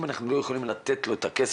אם אנחנו לא יכולים לתת לו את הכסף,